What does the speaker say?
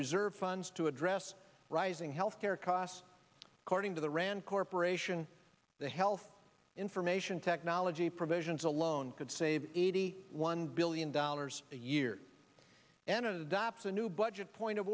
reserve funds to address rising health care costs according to the rand corporation the health information technology provisions alone could save eighty one billion dollars a year and adopts a new budget point of